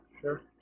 sure